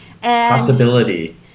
Possibility